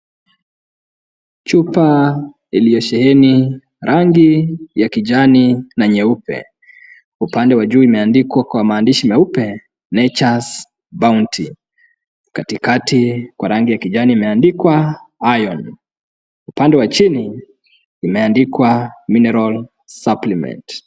Chupa iliyo sheheni rangi ya kijani na nyeupe. Upande wa juu imeandikwa kwa maandishi meupe Nature's Bounty . Katikati kwa rangi ya kijani imeandikwa, Iron . Upande wa chini imeandikwa, Mineral supplement .